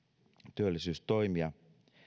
työllisyystoimia